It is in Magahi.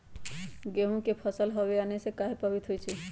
गेंहू के फसल हव आने से काहे पभवित होई छई?